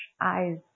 eyes